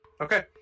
Okay